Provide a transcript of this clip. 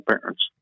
parents